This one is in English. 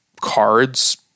cards